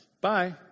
Bye